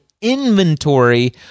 inventory